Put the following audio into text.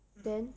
then